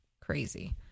crazy